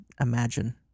imagine